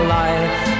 life